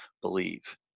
Believe